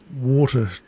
water